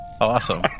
awesome